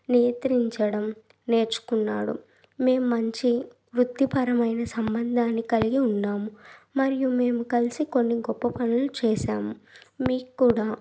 నియత్రించడం నేర్చుకున్నాడు మేము మంచి వృత్తి పరమైన సంబంధాన్ని కలిగి ఉన్నాము మరియు మేము కలిసి కొన్ని గొప్ప పనులు చేశాము మీక్కూడా